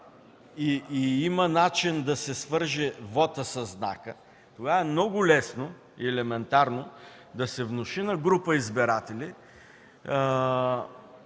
и има начин да се свърже вотът със знака, тогава е много лесно и елементарно да се внуши на група избиратели,